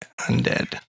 undead